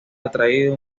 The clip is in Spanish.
atraído